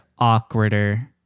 awkwarder